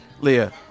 Leah